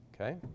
okay